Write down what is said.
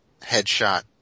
headshot